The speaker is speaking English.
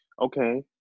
okay